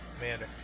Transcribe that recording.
Amanda